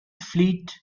fleet